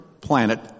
planet